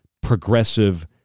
progressive